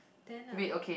then uh